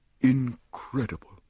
incredible